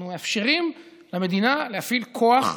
אנחנו מאפשרים למדינה להפעיל כוח.